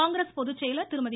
காங்கிரஸ் பொதுச்செயலர் திருமதி